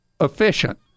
efficient